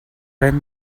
ven